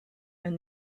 and